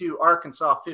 Arkansas